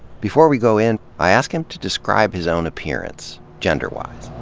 before we go in, i ask him to describe his own appearance, gender-wise.